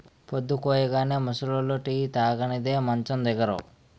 పొద్దుకూయగానే ముసలోళ్లు టీ తాగనిదే మంచం దిగరు